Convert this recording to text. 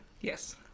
Yes